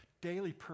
daily